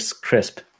crisp